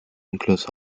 incluso